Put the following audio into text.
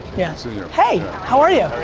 yeah so you. hey, how are you?